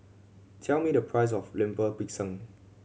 tell me the price of Lemper Pisang